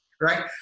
right